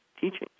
teachings